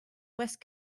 west